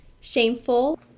shameful